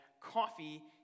coffee